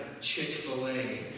Chick-fil-A